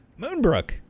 Moonbrook